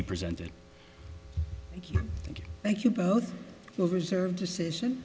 he presented thank you both the reserve decision